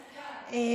ארבע,